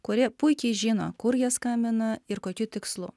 kurie puikiai žino kur jie skambina ir kokiu tikslu